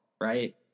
right